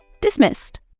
dismissed